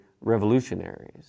revolutionaries